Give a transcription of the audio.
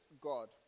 God